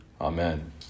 Amen